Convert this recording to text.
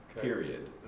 Period